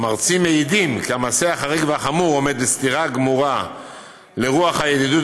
המרצים מעידים כי המעשה החריג והחמור עומד בסתירה גמורה לרוח הידידות